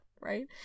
Right